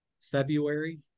February